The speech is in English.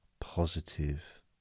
positive